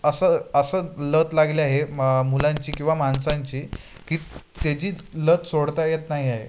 असं असं लत लागले आहे मा मुलांची किंवा माणसांची की त्याची लत सोडता येत नाही आहे